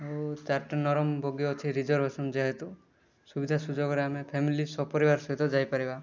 ଆଉ ଚାରଟି ମୋର ବଗି ଅଛି ରିଜେର୍ଭେସନ୍ ଯେହେତୁ ସୁବିଧା ସୁଯୋଗରେ ଆମେ ଫ୍ୟାମିଲି ସପରିବାର ସହିତ ଯାଇପାରିବା